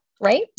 right